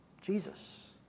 Jesus